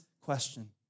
question